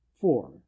four